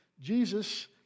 Jesus